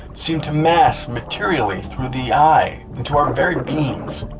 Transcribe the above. seem to mass materially through the eye into our very beings.